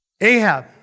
Ahab